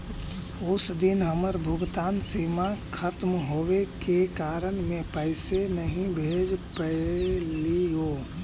उस दिन हमर भुगतान सीमा खत्म होवे के कारण में पैसे नहीं भेज पैलीओ